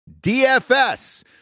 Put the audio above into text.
DFS